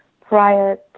prior